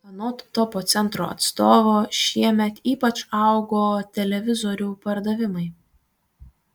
anot topo centro atstovo šiemet ypač augo televizorių pardavimai